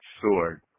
sword